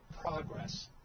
progress